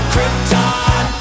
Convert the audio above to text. Krypton